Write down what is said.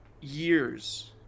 years